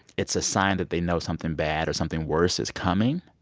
it's a sign that they know something bad or something worse is coming.